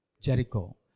Jericho